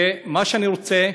מה שאני רוצה,